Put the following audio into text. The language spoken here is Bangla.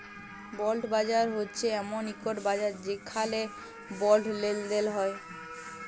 বল্ড বাজার হছে এমল ইকট বাজার যেখালে বল্ড লেলদেল হ্যয়